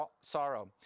sorrow